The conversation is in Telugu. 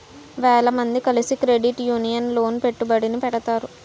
వేల మంది కలిసి క్రెడిట్ యూనియన్ లోన పెట్టుబడిని పెడతారు